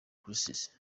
cyrus